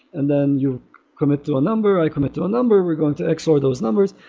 and then you commit to a number, i commit to a number, we're going to x all those numbers.